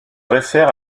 réfère